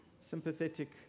sympathetic